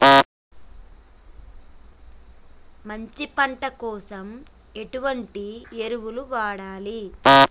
మంచి పంట కోసం ఎటువంటి ఎరువులు వాడాలి?